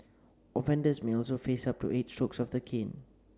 offenders may also face up to eight strokes of the cane